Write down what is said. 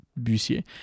Bussier